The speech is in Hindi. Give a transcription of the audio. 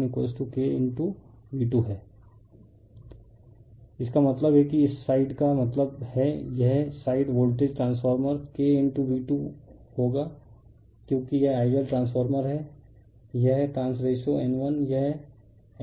रिफर स्लाइड टाइम 2812 इसका मतलब है कि इस साइड का मतलब है यह side voltage transformation K V2 होगा क्योंकि यह आइडियल ट्रान्सफर है यह ट्रांस रेशो N1यह